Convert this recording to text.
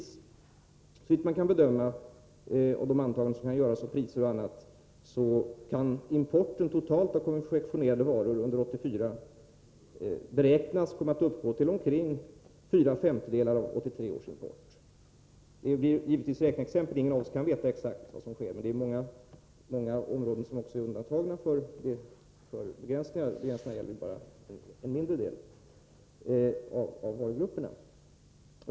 Såvitt man kan bedöma av de antaganden som kan göras om priser och annat kan importen totalt av konfektionerade varor under 1984 beräknas komma att uppgå till omkring fyra femtedelar av 1983 års import. Det är givetvis ett räkneexempel— ingen av oss kan veta exakt vad som sker. Många områden är också undantagna från begränsningar; begränsningarna gäller bara en mindre del av varugrupperna.